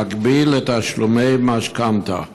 במקביל לתשלומי משכנתה.